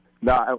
no